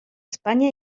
españa